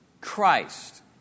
Christ